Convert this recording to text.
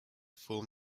form